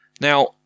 now